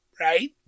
Right